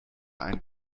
einen